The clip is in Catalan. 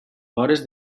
vores